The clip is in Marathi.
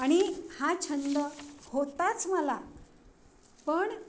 आणि हा छंद होताच मला पण